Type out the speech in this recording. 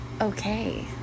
okay